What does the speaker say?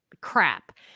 crap